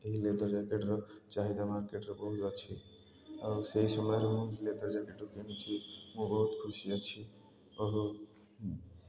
ଏହି ଲେଦର୍ ଜ୍ୟାକେଟ୍ର ଚାହିଦା ମାର୍କେଟ୍ର ବହୁତ ଅଛି ଆଉ ସେଇ ସମୟରେ ମୁଁ ଲେଦର୍ ଜ୍ୟାକେଟ୍ରୁ କିଣିଛି ମୁଁ ବହୁତ ଖୁସି ଅଛି